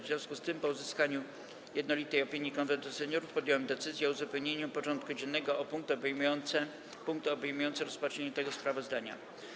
W związku z tym, po uzyskaniu jednolitej opinii Konwentu Seniorów, podjąłem decyzję o uzupełnieniu porządku dziennego o punkt obejmujący rozpatrzenie tego sprawozdania.